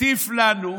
מטיף לנו.